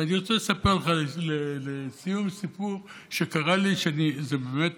אני רוצה לספר לסיום סיפור שקרה לי שבאמת